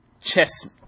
chess